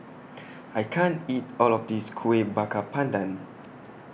I can't eat All of This Kuih Bakar Pandan